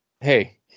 Hey